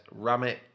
Ramit